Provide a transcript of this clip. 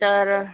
तर